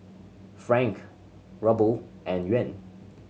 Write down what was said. Franc Ruble and Yuan